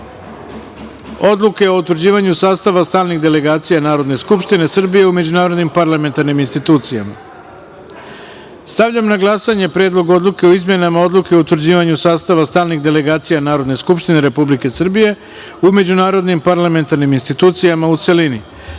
Odluke o utvrđivanju sastava stalnih delegacija Narodne skupštine Srbije u međunarodnim parlamentarnim institucijama. Stavljam na glasanje Predlog odluke o izmenama Odluke o utvrđivanju sastava stalnih delegacija Narodne skupštine Republike Srbije u međunarodnim parlamentarnim institucijama u celini. Molim